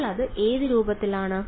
ഇപ്പോൾ അത് ഏത് രൂപത്തിലാണ്